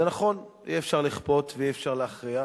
זה נכון, אי-אפשר לכפות ואי-אפשר להכריח.